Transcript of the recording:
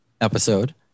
episode